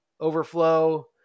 overflow